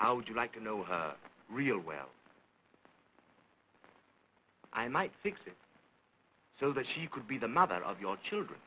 how would you like to know her real well i might fix it so that she could be the mother of your children